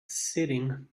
sitting